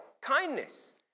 Kindness